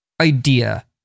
idea